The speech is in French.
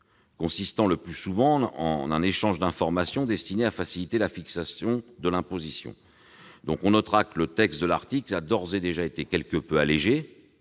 consistent le plus souvent en un échange d'informations destiné à faciliter la fixation de l'imposition. Le texte de l'article a d'ores et déjà été allégé,